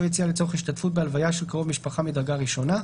או יציאה לצורך השתתפות בהלוויה של קרוב משפחה מדרגה ראשונה,